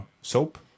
SOAP